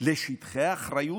לשטחי אחריות.